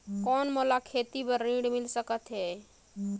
कौन मोला खेती बर ऋण मिल सकत है?